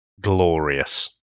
Glorious